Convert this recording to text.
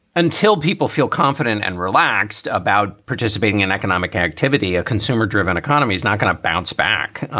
until people feel confident and relaxed about participating in economic activity. a consumer driven economy is not going to bounce back.